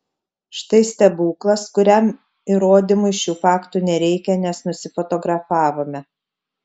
štai stebuklas kuriam įrodymui šių faktų nereikia nes nusifotografavome